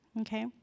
okay